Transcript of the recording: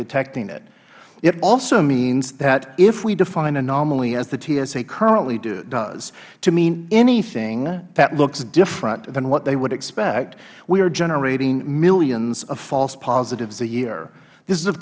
detecting it it also means that if we define anomaly as the tsa currently does to mean anything that looks different than what they would expect we are generating millions of false positives a year this is of